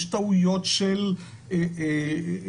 יש טעויות של מנהלים,